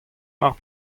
mar